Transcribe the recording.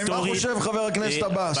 מה חושב חבר הכנסת עבאס?